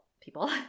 people